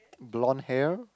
blonde hair